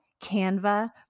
Canva